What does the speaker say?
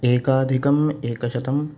एकाधिकम् एकशतम्